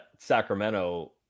sacramento